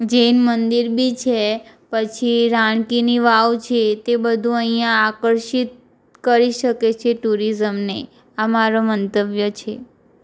જૈન મંદિર બી છે પછી રાણકીની વાવ છે તે બધું અહીંયા આકર્ષિત કરી શકે છે ટુરિઝમને આ મારો મંતવ્ય છે